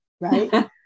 Right